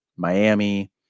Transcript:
Miami